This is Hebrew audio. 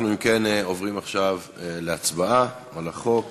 אם כן, אנחנו עוברים עכשיו להצבעה על הצעת